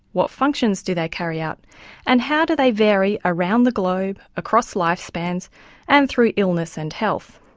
what functions do they carry out and how do they vary around the globe, across life spans and through illness and health.